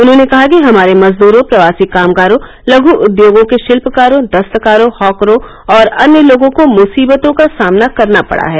उन्हॉने कहा कि हमारे मजदूरों प्रवासी कामगारों लघू उद्योगों के शिल्पकारों दस्तकारों हॉकरों और अन्य लोगों को मुसीबतों का सामना करना पडा है